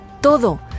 todo